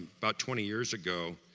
about twenty years ago